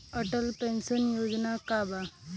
Atal pension योजना का बा?